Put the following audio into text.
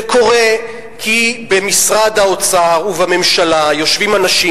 זה קורה כי במשרד האוצר ובממשלה יושבים אנשים,